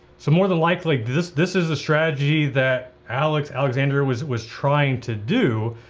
so more than likely, this this is a strategy that alex, alexander was was trying to do,